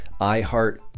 iHeart